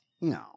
No